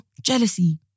Jealousy